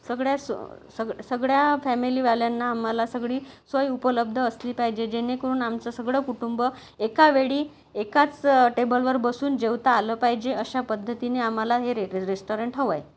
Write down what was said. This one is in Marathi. सगळ्या स सग सगळ्या फॅमिलीवाल्यांना आम्हाला सगळी सोय उपलब्ध असली पाहिजे जेणेकरून आमचं सगळं कुटुंब एकावेळी एकाच टेबलवर बसून जेवता आलं पाहिजे अशा पद्धतीने आम्हाला हे रे रेस्टाॅरंट हवं आहे